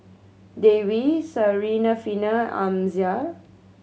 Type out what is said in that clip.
Dwi Syarafina Amsyar